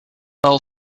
while